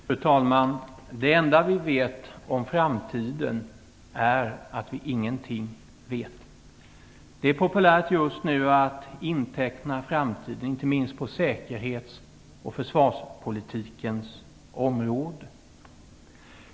Fru talman! Det enda vi vet om framtiden är att vi ingenting vet. Det är just nu populärt att inteckna framtiden, inte minst på säkerhets och försvarspolitikens område.